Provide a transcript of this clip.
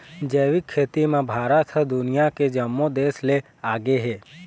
जैविक खेती म भारत ह दुनिया के जम्मो देस ले आगे हे